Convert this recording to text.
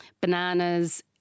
bananas